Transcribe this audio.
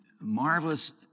marvelous